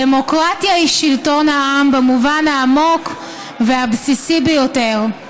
דמוקרטיה היא שלטון העם במובן העמוק והבסיסי ביותר,